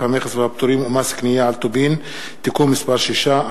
המכס והפטורים ומס קנייה על טובין (תיקון מס' 6),